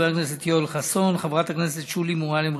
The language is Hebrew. חבר הכנסת יואל חסון,